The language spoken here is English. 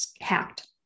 hacked